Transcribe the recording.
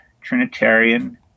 Trinitarian